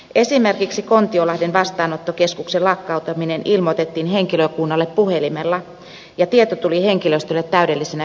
esimerkiksi kontiolahden vastaanottokeskuksen lakkauttaminen ilmoitettiin henkilökunnalle puhelimella ja tieto tuli henkilöstölle täydellisenä yllätyksenä